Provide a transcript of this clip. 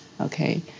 okay